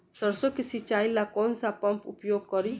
सरसो के सिंचाई ला कौन सा पंप उपयोग करी?